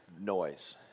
noise